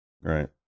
Right